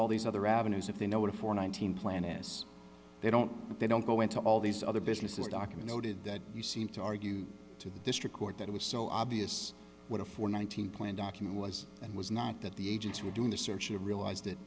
all these other avenues if they know what for nineteen plan is they don't they don't go into all these other businesses document noted that you seem to argue to the district court that it was so obvious what a four thousand nine hundred plan document was and was not that the agents who were doing the search should realize that